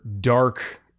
dark